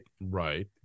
Right